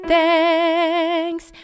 thanks